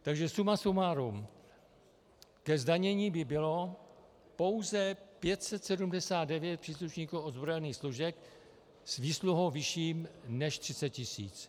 Takže suma sumárum ke zdanění by bylo pouze 579 příslušníků ozbrojených služeb s výsluhou vyšší než 30 tisíc.